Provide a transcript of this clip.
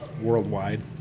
worldwide